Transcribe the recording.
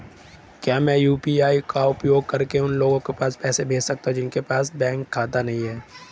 क्या मैं यू.पी.आई का उपयोग करके उन लोगों को पैसे भेज सकता हूँ जिनके पास बैंक खाता नहीं है?